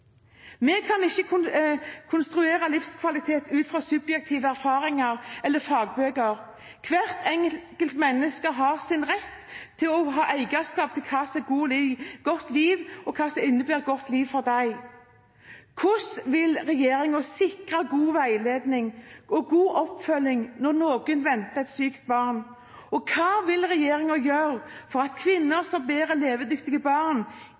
Vi kan ikke konstruere livskvalitet ut fra subjektive erfaringer eller fagbøker. Hvert enkelt menneske har rett til å ha eierskap til hva et godt liv innebærer for en selv. Hvordan vil regjeringen sikre god veiledning og oppfølging når noen venter et sykt barn, og hva vil regjeringen gjøre for at kvinner som bærer levedyktige barn,